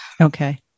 Okay